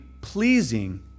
pleasing